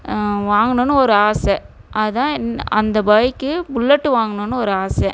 வாங்கணும்னு ஒரு ஆசை அதுதான் இந் அந்த பைக்கு புல்லெட்டு வாங்கணும்னு ஒரு ஆசை